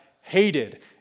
hated